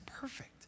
perfect